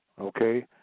okay